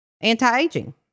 anti-aging